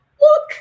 look